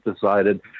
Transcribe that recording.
decided